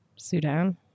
sudan